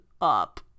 up